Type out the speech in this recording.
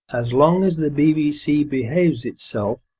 as long as the bbc behaves itself,